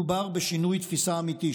מדובר בשינוי תפיסה אמיתי,